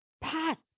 Pat